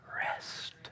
Rest